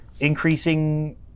increasing